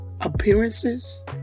appearances